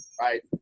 right